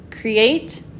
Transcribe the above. create